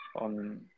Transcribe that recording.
on